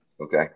Okay